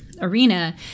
arena